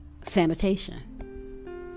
sanitation